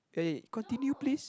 eh continue please